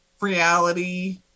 reality